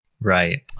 Right